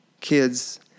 kids